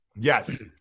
Yes